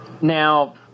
Now